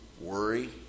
worry